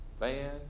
man